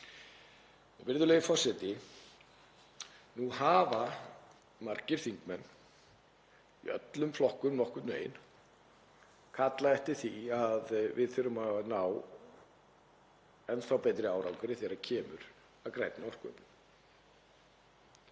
Virðulegur forseti. Nú hafa margir þingmenn í öllum flokkum nokkurn veginn kallað eftir því að við þurfum að ná enn þá betri árangri þegar kemur að grænni orkuöflun.